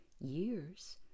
years